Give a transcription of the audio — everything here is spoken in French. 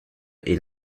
est